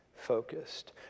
Focused